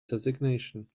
designation